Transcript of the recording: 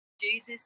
Jesus